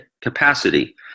capacity